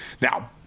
Now